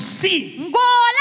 see